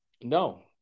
no